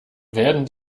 werden